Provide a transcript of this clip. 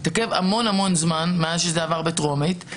זה התעכב המון-המון זמן מאז שזה עבר בטרומית.